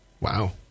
Wow